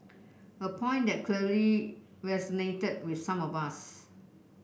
a point that clearly resonated with some of us